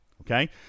okay